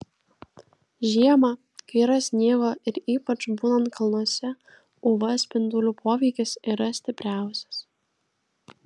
žiemą kai yra sniego ir ypač būnant kalnuose uv spindulių poveikis yra stipriausias